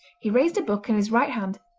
he raised a book in his right hand,